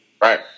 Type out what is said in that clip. Right